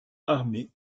armee